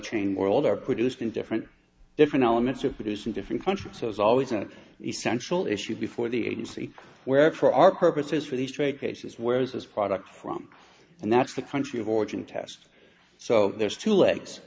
chain world are produced in different different elements are produced in different countries so it's always an essential issue before the agency where for our purposes for these trade cases where is this product from and that's the country of origin test so there's two legs